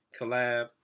collab